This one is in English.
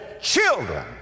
children